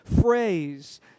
phrase